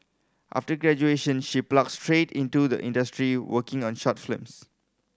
after graduation she plunged straight into the industry working on short films